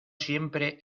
siempre